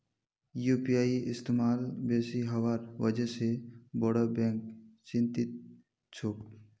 UPI इस्तमाल बेसी हबार वजह से बोरो बैंक चिंतित छोक